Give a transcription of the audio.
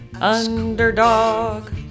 Underdog